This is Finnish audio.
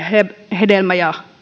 hedelmä ja